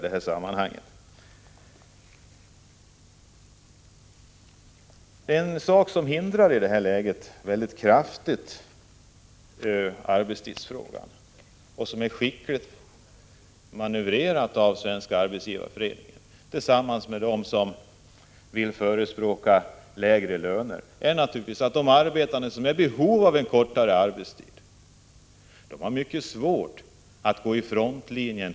Ett stort hinder när det gäller att lösa arbetstidsfrågan är naturligtvis — och det har mycket skickligt manövrerats av Svenska arbetsgivareföreningen tillsammans med dem som förespråkar lägre löner — det förhållandet att de arbetande som är i behov av en kortare arbetstid har mycket svårt att gå i frontlinjen.